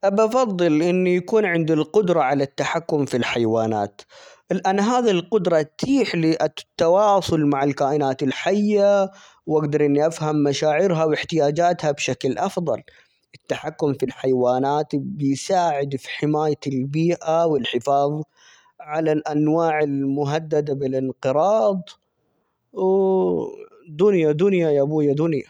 بفضل إنه يكون عندي القدرة على التحكم في الحيوانات لأن هذه القدرة تتيح لي -الت-التواصل مع الكائنات الحية ، وأقدر إني أفهم مشاعرها ،واحتياجاتها بشكل أفضل ، التحكم في الحيوانات ،بيساعد في حماية البيئة والحفاظ على الأنواع المهددة بالإنقراض -و- دنيا دنيا يا أبويا دنيا.